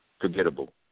forgettable